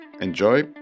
enjoy